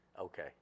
okay